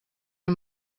mir